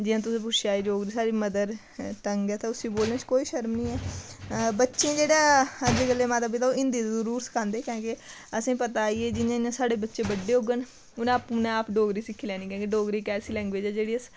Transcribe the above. जियां तुसें पुच्छेआ कि डोगरी साढ़ी मदर टंग ऐ तां उसी बोलने च कोई शर्म नी ऐ बच्चे जेह्ड़ा अज्जै कल्लै दे माता पिता ओह् हिंदी जरूर सखांदे कैं कि असें पता कि जियां जियां साढ़े बच्चे बड्डे होङन उ'नें अपने आप डोगरी सिक्खी लैनी कैं कि डोगरी इक ऐसी लैंग्वेज ऐ जेह्ड़ी अस